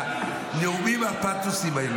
והנאומים הפתוסיים האלה,